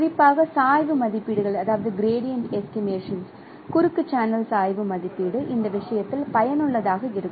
குறிப்பாக சாய்வு மதிப்பீடுகள் குறுக்கு சேனல் சாய்வு மதிப்பீடு இந்த விஷயத்தில் பயனுள்ளதாக இருக்கும்